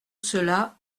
cela